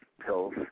pills